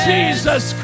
Jesus